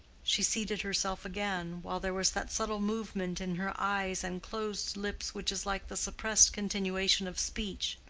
she seated herself again, while there was that subtle movement in her eyes and closed lips which is like the suppressed continuation of speech.